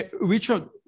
Richard